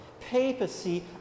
papacy